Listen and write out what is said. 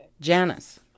Janice